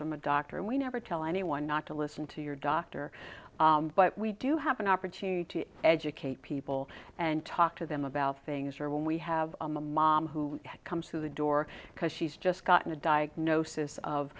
from a doctor and we never tell anyone not to listen to your doctor but we do have an opportunity to educate people and talk to them about things or when we have a mom who comes through the door because she's just gotten a diagnosis of